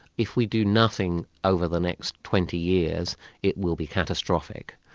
if we do nothing over the next twenty years it will be catastrophic.